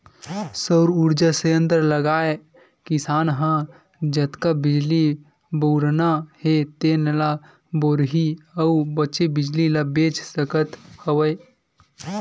सउर उरजा संयत्र लगाए किसान ह जतका बिजली बउरना हे तेन ल बउरही अउ बाचे बिजली ल बेच सकत हवय